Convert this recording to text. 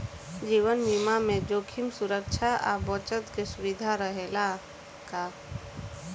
जीवन बीमा में जोखिम सुरक्षा आ बचत के सुविधा रहेला का?